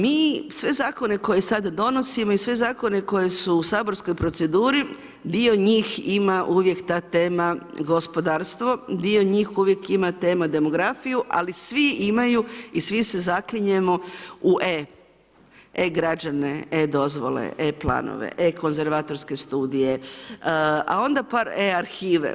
Mi sve zakone koje sada donosimo i sve zakone koji su u saborskoj proceduri, dio njih ima uvijek ta tema gospodarstvo, dio njih uvijek ima temu demografiju, ali svi imaju i svi se zaklinjemo u e, e građane, e dozvole, e planove, e konzervatorske studije, a onda pak e arhive.